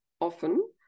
often